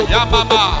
Yamama